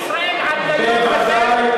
בכפר-קאסם, בוודאי.